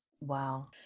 Wow